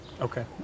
Okay